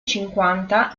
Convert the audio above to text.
cinquanta